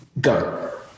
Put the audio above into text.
Go